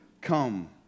come